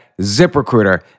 ZipRecruiter